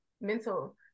mental